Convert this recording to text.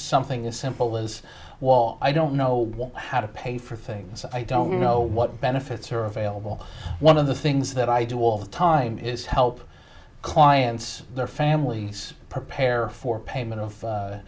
something as simple as wall i don't know how to pay for things i don't know what benefits are available one of the things that i do all the time is help clients their families prepare for payment of